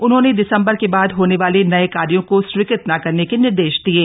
उन्होंने दिसम्बर के बाद होने वाले नए कार्यों को स्वीकृत न करने के निर्देश दिये